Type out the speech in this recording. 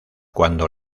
cuando